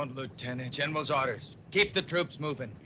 lieutenant, general's orders. keep the troops moving.